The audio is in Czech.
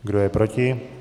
Kdo je proti?